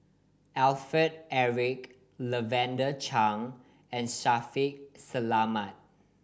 Alfred Eric Lavender Chang and Shaffiq Selamat